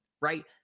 right